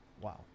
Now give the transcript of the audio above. Wow